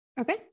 okay